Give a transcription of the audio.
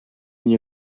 nie